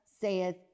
saith